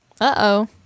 Uh-oh